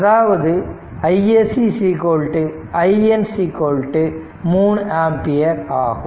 அதாவது iSC IN 3 ampere ஆகும்